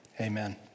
amen